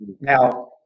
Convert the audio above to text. Now